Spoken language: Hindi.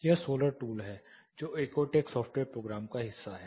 यह सोलर टूल है जो एकोटेक सॉफ्टवेयर प्रोग्राम का हिस्सा है